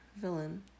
villain